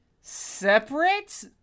separate